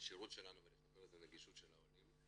השירות שלנו ואת הנגישות של העולים.